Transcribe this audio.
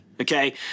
Okay